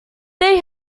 they